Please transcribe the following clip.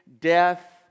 death